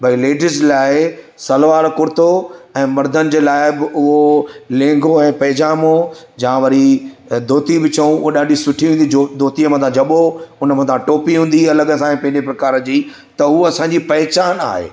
भई लेडीस लाइ सलवार कुर्तो ऐं मर्दनि जे लाइ उहो लहंगो ऐं पैजामो या वरी धोती बि चऊं ॾाढी सुठी हूंदी धोतीअ माना जबो उन मथां टोपी हूंदी अलॻि सां ऐं पंहिंजे प्रकार जी त उहा असांजी पहचानु आहे